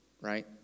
right